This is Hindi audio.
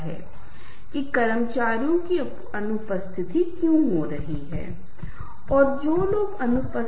उदाहरण के लिए मैं आपको बता सकता हूं कि ऐसी आवाजें हो सकती हैं जो विचलित कर रही हैं वहाँ जो संगत कर सकते हैं लगता है